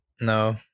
No